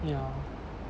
ya